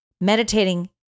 meditating